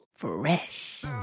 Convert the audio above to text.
Fresh